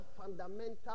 fundamental